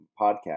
podcast